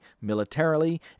militarily